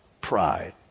pride